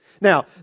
Now